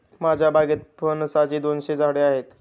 माझ्या बागेत फणसाची दोनशे झाडे आहेत